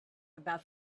about